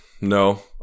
No